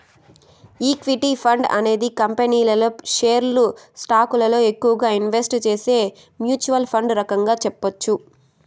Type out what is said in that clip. equity fund అనేది కంపెనీల షేర్లు స్టాకులలో ఎక్కువగా ఇన్వెస్ట్ చేసే మ్యూచ్వల్ ఫండ్ రకంగా చెప్పొచ్చు